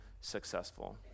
successful